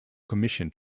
commission